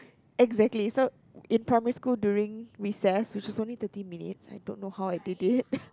exactly so in primary school during recess which is only thirty minutes I don't know how I did it